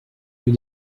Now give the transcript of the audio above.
rue